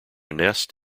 nest